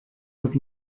hat